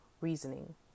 reasoning